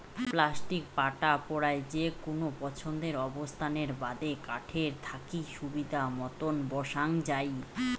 plastic পাটা পরায় যেকুনো পছন্দের অবস্থানের বাদে কাঠের থাকি সুবিধামতন বসাং যাই